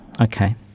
Okay